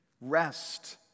rest